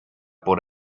por